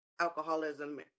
alcoholism